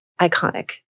iconic